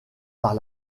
par